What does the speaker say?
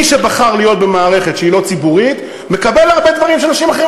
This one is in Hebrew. מי שבחר להיות במערכת שהיא לא ציבורית מקבל הרבה דברים שאנשים אחרים